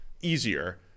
easier